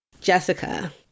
Jessica